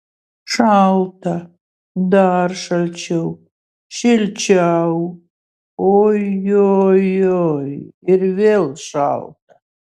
šalta dar šalčiau šilčiau ojojoi ir vėl šalta